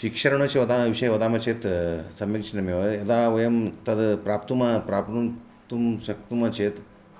शिक्षाऋणस्य वदामि विषये वदामि चेत् सम्मिश्रणमेव यदा वयं तत् प्राप्तुं प्राप्तुं शक्नुमः चेत्